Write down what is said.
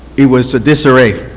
it was disarray.